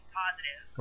positive